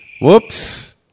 Whoops